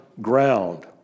ground